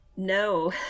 No